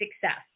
success